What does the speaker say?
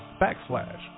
backslash